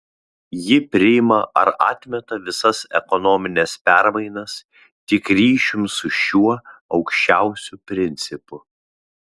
ji priima ar atmeta visas ekonomines permainas tik ryšium su šiuo aukščiausiu principu